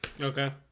Okay